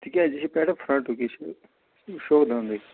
تِکیٛازِ یہِ چھُ پٮ۪ٹھٕ فرنٛٹُک یہِ چھُ شو دَنٛدٕے